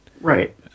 Right